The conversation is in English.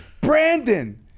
Brandon